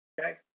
Okay